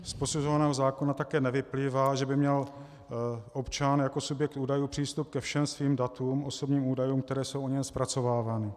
Z posuzovaného zákona také nevyplývá, že by měl občan jako subjekt údajů přístup ke všem svým datům, osobním údajům, které jsou na něm zpracovávány.